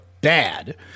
bad